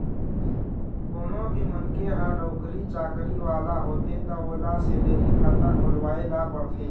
कोनो भी मनखे ह नउकरी चाकरी वाला होथे त ओला सेलरी खाता खोलवाए ल परथे